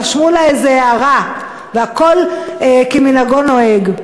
רשמו לה איזו הערה והכול כמנהגו נוהג.